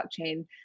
blockchain